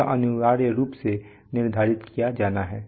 यह अनिवार्य रूप से निर्धारित किया जाना है